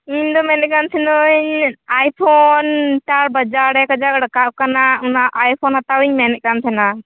ᱤᱧᱫᱚ ᱢᱮᱱᱮᱫ ᱠᱟᱱ ᱛᱟᱦᱮᱱᱟᱹᱧ ᱟᱭᱯᱷᱳᱱ ᱵᱟᱡᱟᱨ ᱨᱮ ᱠᱟᱡᱟᱨ ᱨᱟᱠᱟᱣ ᱠᱟᱱᱟ ᱚᱱᱟ ᱟᱭᱯᱷᱳᱱ ᱦᱟᱛᱟᱣᱤᱧ ᱢᱮᱱᱮᱫ ᱠᱟᱱ ᱛᱟᱦᱮᱱᱟ